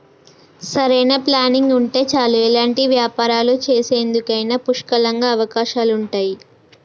సరైన ప్లానింగ్ ఉంటే చాలు ఎలాంటి వ్యాపారాలు చేసేందుకైనా పుష్కలంగా అవకాశాలుంటయ్యి